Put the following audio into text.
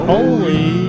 Holy